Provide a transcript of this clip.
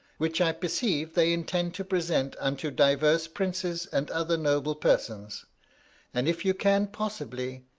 which i perceive they intend to present unto divers princes and other noble persons and if you can possibly,